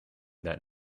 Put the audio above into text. that